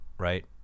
right